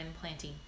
planting